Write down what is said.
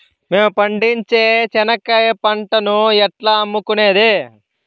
మేము పండించే చెనక్కాయ పంటను ఎట్లా అమ్ముకునేది?